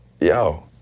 yo